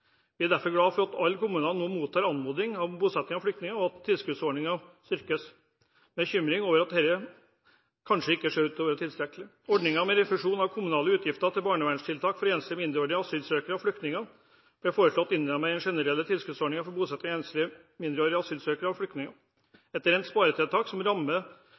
Vi er derfor glade for at alle kommuner nå mottar anmodning om bosetting av flyktninger, og at tilskuddsordningene styrkes, men vi er bekymret over at dette kanskje ikke ser ut til å være tilstrekkelig. Ordningen med refusjon av kommunale utgifter til barnevernstiltak for enslige mindreårige asylsøkere og flyktninger ble foreslått innlemmet i den generelle tilskuddsordningen for bosetting av enslige mindreårige asylsøkere og flyktninger. Dette er et rent sparetiltak som rammer